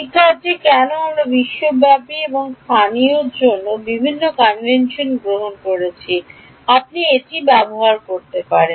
শিক্ষার্থী কেন আমরা বিশ্বব্যাপী এবং স্থানীয় জন্য বিভিন্ন কনভেনশন গ্রহণ করছি আপনি এটি ব্যবহার করতে পারেন